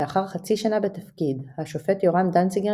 לאחר חצי שנה בתפקיד השופט יורם דנציגר